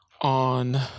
on